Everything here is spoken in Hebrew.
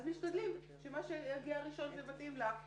אז משתדלים שמה שיגיע ראשון ומתאים לה,